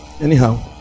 Anyhow